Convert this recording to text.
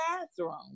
bathroom